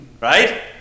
Right